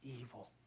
evil